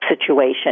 situation